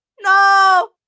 No